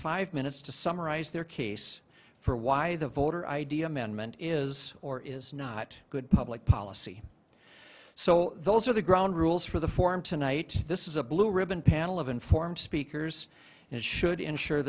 five minutes to summarize their case for why the voter id amendment is or is not good public policy so those are the ground rules for the forum tonight this is a blue ribbon panel of informed speakers and should ensure